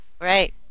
Right